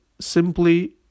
simply